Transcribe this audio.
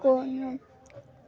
कोनो